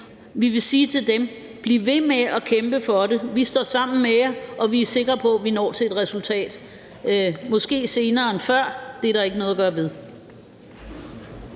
for murene her: Bliv ved med at kæmpe for det. Vi står sammen med jer, og vi er sikre på, at vi når til et resultat, måske senere end før, det er der ikke noget at gøre ved.